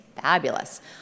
fabulous